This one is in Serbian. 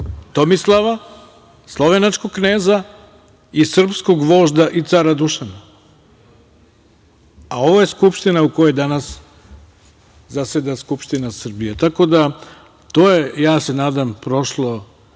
Tomislava, slovenačkog kneza, srpskog vožda i cara Dušana, a ovo je Skupština u kojoj danas zaseda Skupština Srbije. Tako da je to, ja se nadam, prošlo